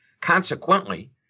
Consequently